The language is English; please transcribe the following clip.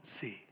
see